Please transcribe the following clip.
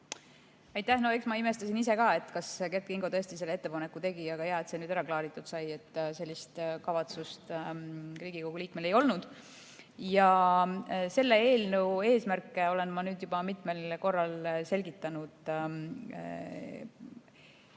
Aitäh! Eks ma imestasin ise ka, kas Kert Kingo tõesti selle ettepaneku tegi, aga hea, et see nüüd ära klaaritud sai, et sellist kavatsust Riigikogu liikmel ei olnud. Selle eelnõu eesmärke olen ma nüüd juba mitu korda selgitanud.